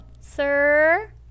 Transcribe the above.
sir